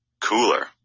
cooler